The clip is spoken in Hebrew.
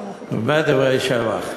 הרבה דברי שבח.